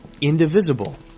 indivisible